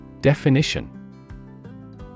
Definition